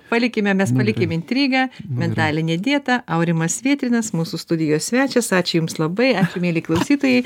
palikime mes palikim intrigą mentalinė dieta aurimas vietrinas mūsų studijos svečias ačiū jums labai ačiū mieli klausytojai